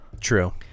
True